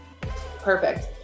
Perfect